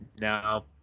Now